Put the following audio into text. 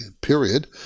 period